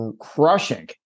crushing